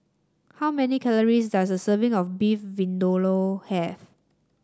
how many calories does a serving of Beef Vindaloo have